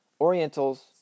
Orientals